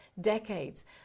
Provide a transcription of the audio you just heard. decades